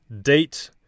date